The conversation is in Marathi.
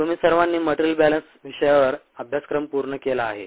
तुम्ही सर्वांनी मटेरिअल बॅलन्स विषयावर अभ्यासक्रम पूर्ण केला आहे